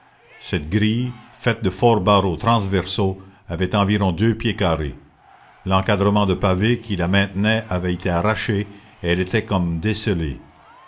cette grille faite de forts barreaux transversaux avait environ deux pieds carrés l'encadrement de pavés qui la maintenait avait été arraché et elle était comme descellée